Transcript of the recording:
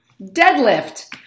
deadlift